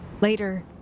later